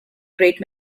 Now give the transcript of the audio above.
great